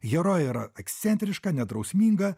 herojė yra ekscentriška nedrausminga